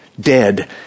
dead